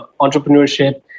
entrepreneurship